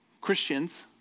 Christians